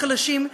החלשים,